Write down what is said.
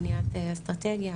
בניית אסטרטגיה,